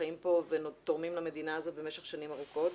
שחיים פה ותורמים למדינה הזאת במשך שנים ארוכות.